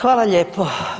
Hvala lijepo.